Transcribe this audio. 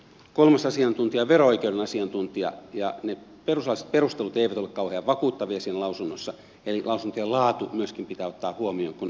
kolmas asiantuntija on vero oikeuden asiantuntija ja ne perustuslailliset perustelut eivät ole kauhean vakuuttavia siinä lausunnossa eli lausuntojen laatu myöskin pitää ottaa huomioon kun asiaa arvioidaan